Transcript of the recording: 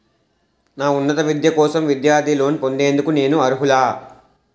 నా ఉన్నత విద్య కోసం విద్యార్థి లోన్ పొందేందుకు నేను అర్హులా?